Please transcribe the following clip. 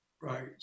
right